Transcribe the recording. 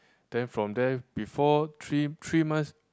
then from there before three three months